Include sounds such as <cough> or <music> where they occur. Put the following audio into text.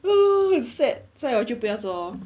<noise> 很 sad 所以我就不要做 lor